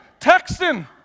texting